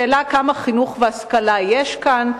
השאלה, כמה חינוך והשכלה יש כאן?